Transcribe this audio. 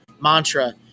Mantra